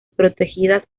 protegida